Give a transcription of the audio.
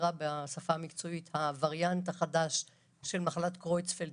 בשפה המקצועית זה נקרא הווריאנט החדש של מחלת קרויצפלד